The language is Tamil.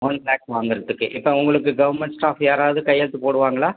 ஒன் லாக் வாங்குறதுக்கு இப்போ உங்களுக்கு கவர்மெண்ட் ஸ்டாஃப் யாராவது கையெழுத்து போடுவாங்களா